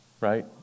right